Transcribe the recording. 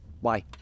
Why